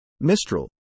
Mistral